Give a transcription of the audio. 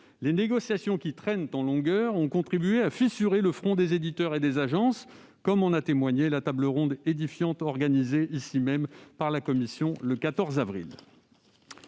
les négociations qui traînent en longueur ont contribué à fissurer le front des éditeurs et des agences, comme en a témoigné la table ronde édifiante organisée ici même par la commission le 14 avril